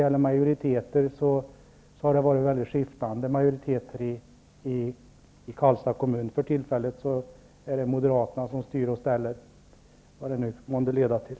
Och i Karlstads kommun har majoriteterna skiftat. För tillfället är det moderaterna som styr och ställer -- vad det nu månde leda till.